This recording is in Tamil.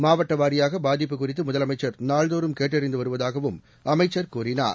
மாவட்ட வாரியாக பாதிப்பு மகுறித்து முதலமைச்ச் நாள்தோறும் கேட்டறிந்து வருவதாகவும் அமைச்சர் கூறினார்